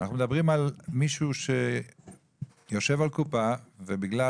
אנחנו מדברים על מישהו שיושב על קופה ובגלל